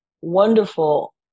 wonderful